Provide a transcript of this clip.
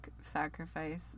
Sacrifice